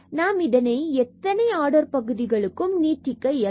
நாம் இதை எத்தனை ஆர்டர் பகுதிக்கும் நம்மால் நீட்டிக்க இயலும்